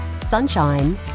sunshine